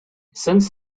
since